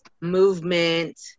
movement